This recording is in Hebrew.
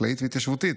חקלאית והתיישבותית.